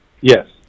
Yes